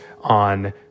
on